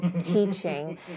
teaching